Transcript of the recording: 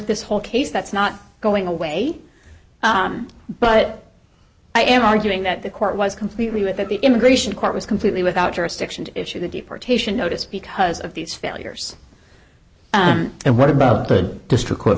this whole case that's not going away but i am arguing that the court was completely without the immigration court was completely without jurisdiction to issue the deportation notice because of these failures and what about the district